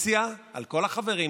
והקואליציה, על כל החברים שלה,